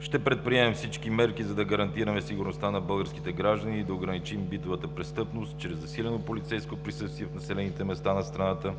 Ще предприемем всички мерки, за да гарантираме сигурността на българските граждани и да ограничим битовата престъпност чрез засилено полицейско присъствие в населените места на страната,